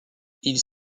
ils